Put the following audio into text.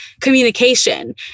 communication